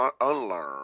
unlearn